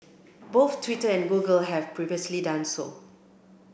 both Twitter and Google have previously done so